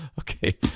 Okay